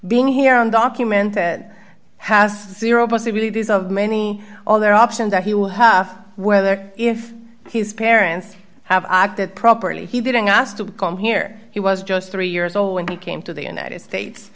being here on document that has zero possibilities of many all their options that he will have whether if his parents have acted properly he didn't ask to come here he was just three years old when he came to the united states